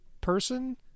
person